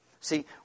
See